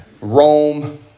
Rome